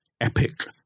epic